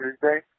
Tuesday